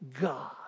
God